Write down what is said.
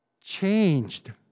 changed